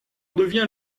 devient